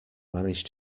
managed